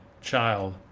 child